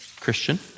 Christian